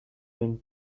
wind